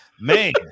man